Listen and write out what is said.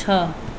छ